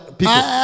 people